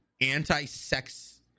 anti-sex